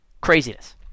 Craziness